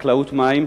חקלאות מים,